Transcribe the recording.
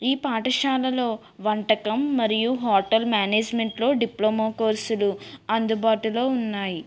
ఈ పాఠశాలలో వంటకం మరియు హోటల్ మేనేజ్మెంట్లో డిప్లమో కోర్సులు అందుబాటులో ఉన్నాయి